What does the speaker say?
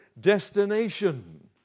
destination